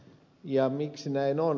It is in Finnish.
ja miksi näin on